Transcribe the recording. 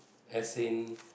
as in